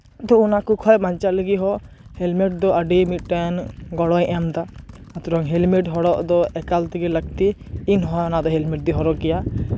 ᱟᱫᱚ ᱚᱱᱟ ᱠᱚ ᱠᱷᱚᱡ ᱵᱟᱧᱪᱟᱣ ᱞᱟᱹᱜᱤᱫ ᱫᱚ ᱦᱮᱞᱢᱮᱴ ᱫᱚ ᱟᱹᱰᱤ ᱢᱤᱫᱴᱮᱱ ᱜᱚᱲᱚᱭ ᱮᱢ ᱮᱫᱟ ᱚᱱᱟᱛᱷᱮᱲᱚᱝ ᱦᱮᱞᱢᱮᱴ ᱦᱚᱨᱚᱜ ᱫᱚ ᱮᱠᱟᱞ ᱛᱮᱜᱮ ᱞᱟᱹᱠᱛᱤ ᱤᱧᱦᱚᱸ ᱚᱱᱟᱫᱚ ᱦᱮᱞᱢᱮᱴ ᱫᱚᱧ ᱦᱚᱨᱚᱜ ᱜᱮᱭᱟ